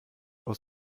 aus